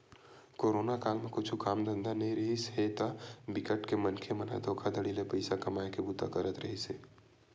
corona काल म कुछु काम धंधा नइ रिहिस हे ता बिकट के मनखे मन ह धोखाघड़ी ले पइसा कमाए के बूता करत रिहिस हे